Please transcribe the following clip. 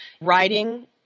writing